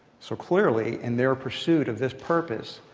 so clearly, in their pursuit of this purpose,